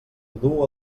duu